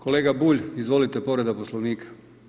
Kolega Bulj izvolite povreda Poslovnika.